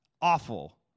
Awful